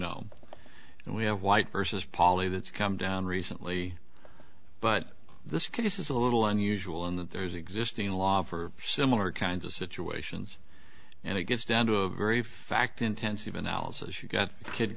and we have white versus poly that's come down recently but this case is a little unusual in that there is existing law for similar kinds of situations and it gets down to a very fact intensive analysis you've got a kid